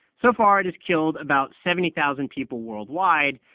so far, it has killed about seventy thousand people worldwide.